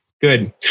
Good